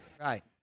Right